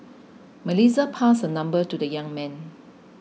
Melissa passed her number to the young man